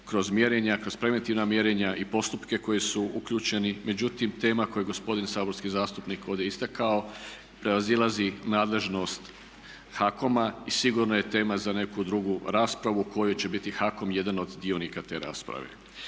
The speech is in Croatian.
kroz mjerenja, kroz preventivna mjerenja i postupke koji su uključeni, međutim tema koju je gospodin saborski zastupnik ovdje istakao prevazilazi nadležnost HAKOM-a i sigurno je tema za neku drugu raspravu u kojoj će biti HAKOM jedan od dionika te rasprave.